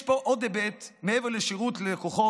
יש פה עוד היבט, מעבר לשירות ללקוחות,